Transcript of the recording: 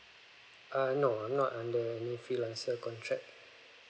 uh no I'm not under new freelancer contract